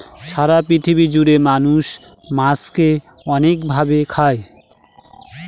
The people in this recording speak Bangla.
সারা পৃথিবী জুড়ে মানুষ মাছকে অনেক ভাবে খায়